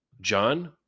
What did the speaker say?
John